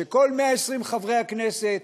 וכל 120 חברי הכנסת,